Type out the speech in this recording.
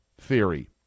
theory